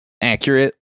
accurate